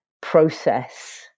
process